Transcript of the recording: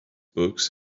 books